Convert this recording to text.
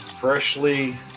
freshly